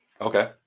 Okay